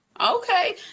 Okay